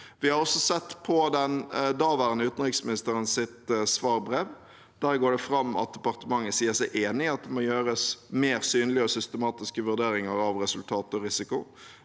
Vi har også sett på den daværende utenriksministers svarbrev. Der går det fram at departementet sier seg enig i at det må gjøres mer synlige og systematiske vurderinger av resultat og risiko,